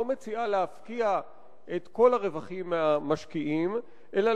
לא מציעה להפקיע את כל הרווחים מהמשקיעים אלא